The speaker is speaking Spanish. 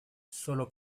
sólo